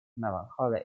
melancholy